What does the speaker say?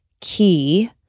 key